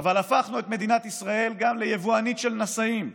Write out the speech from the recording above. אבל הפכנו את מדינת ישראל גם ליבואנית של נשאים,